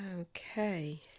Okay